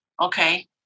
Okay